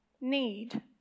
need